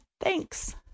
Thanks